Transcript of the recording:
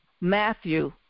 Matthew